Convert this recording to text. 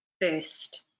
first